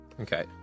Okay